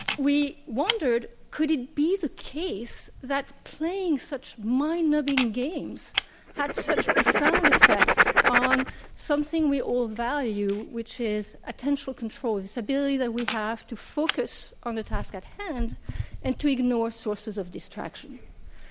we wondered, could it be the case that playing such mind-numbing games had such profound effects on something we all value, which is attention control, this ability that we have to focus on the task at hand and to ignore sources of distraction.